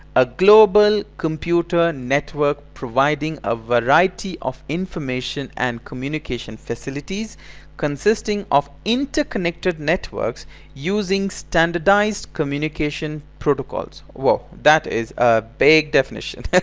a global computer network providing a variety of information and communication facilities consisting of interconnected networks using standardized communication protocols. wow. that is ah big definition.